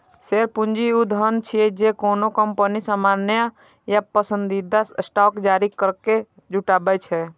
share पूंजी ऊ धन छियै, जे कोनो कंपनी सामान्य या पसंदीदा स्टॉक जारी करैके जुटबै छै